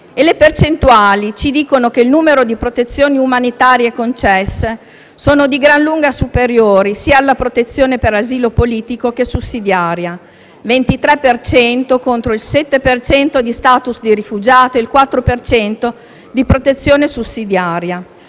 E le percentuali ci dicono che il numero di protezioni umanitarie concesse è di gran lunga superiore sia alla protezione per asilo politico che sussidiaria: il 23 per cento contro il 7 per cento di *status* di rifugiato e il 4 per cento di protezione sussidiaria.